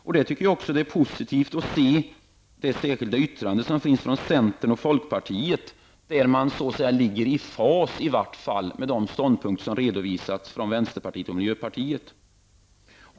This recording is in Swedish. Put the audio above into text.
Jag tycker också att det är positivt med det särskilda yttrande som finns från centern och folkpartiet, där man i alla fall ligger i fas med de ståndpunkter som har redovisats av vänsterpartiet och miljöpartiet.